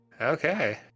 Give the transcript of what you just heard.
okay